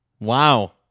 Wow